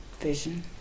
Vision